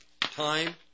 time